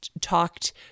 talked